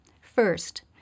First